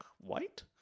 White